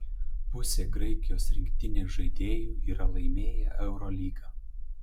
pusė graikijos rinktinės žaidėjų yra laimėję eurolygą